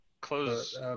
Close